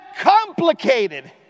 complicated